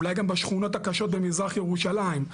אולי גם בשכונות הקשות במזרח ירושלים,